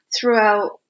throughout